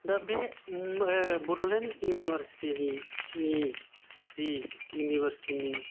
दा बे बड'लेण्ड इउनिभारसिटि नि जि इउनिभारसिटि नि